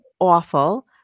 awful